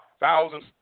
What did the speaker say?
thousands